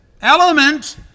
element